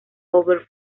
over